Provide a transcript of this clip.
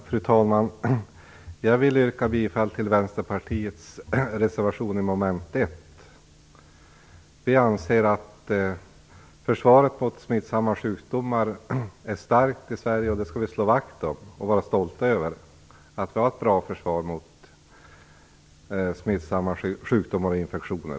Fru talman! Jag vill yrka bifall till Vänsterpartiets reservation 1 avseende mom. 1. Vi anser att försvaret mot smittsamma sjukdomar är starkt i Sverige. Vi skall slå vakt om och vara stolta över att vi har ett bra skydd mot smittsamma sjukdomar och infektioner.